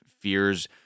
fears